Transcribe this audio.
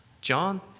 John